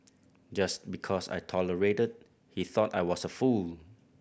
just because I tolerated he thought I was a fool